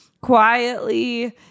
quietly